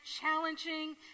challenging